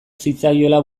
zitzaiola